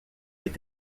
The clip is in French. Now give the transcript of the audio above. est